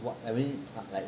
what I mean like